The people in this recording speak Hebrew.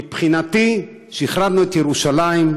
מבחינתי, שחררנו את ירושלים,